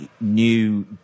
new